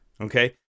Okay